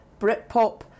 Britpop